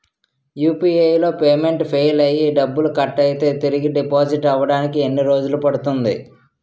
UPI లో payment fail అయ్యి డబ్బులు కట్ అయితే తిరిగి డిపాజిట్ అవ్వడానికి ఎన్ని రోజులు పడుతుంది?